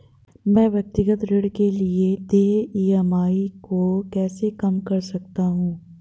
मैं व्यक्तिगत ऋण के लिए देय ई.एम.आई को कैसे कम कर सकता हूँ?